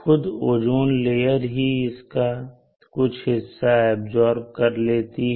खुद ozone layer ही इसका कुछ हिस्सा ऐब्सॉर्ब कर लेती है